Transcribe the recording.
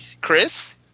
Chris